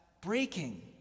breaking